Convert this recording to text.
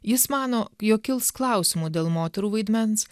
jis mano jog kils klausimų dėl moterų vaidmens